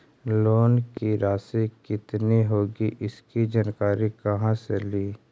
Loan की रासि कितनी होगी इसकी जानकारी कहा से ली?